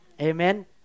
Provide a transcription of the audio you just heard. Amen